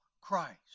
Christ